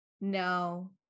no